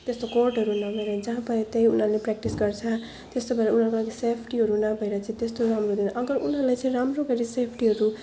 त्यस्तो कोर्टहरू नभएर जहाँ पायो त्यही उनीहरूले प्रेक्टिस गर्छ त्यस्तो भएर उनीहरूको लागि सेफ्टीहरू नाभएर चै त्यस्तो राम्रो हुँदैन अगर उनीहरूलाई चाहिँ राम्रो गरी सेफ्टीहरू